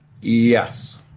Yes